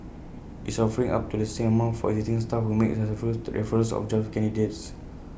it's offering up to the same amount for existing staff who make successful referrals of job candidates